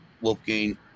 Wolfgang